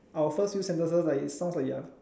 our first few sentences like it sounds like ya